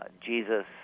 Jesus